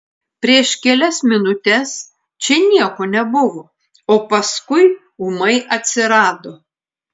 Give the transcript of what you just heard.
prieš kelias minutes čia nieko nebuvo o paskui ūmai atsirado